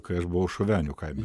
kai aš buvau šovenių kaime